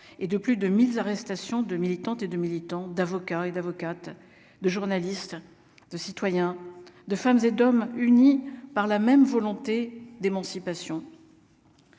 et de plus de 1000 arrestations de militantes et de militants d'avocats et d'avocate de journalistes de citoyens, de femmes et d'hommes unis par la même volonté d'émancipation.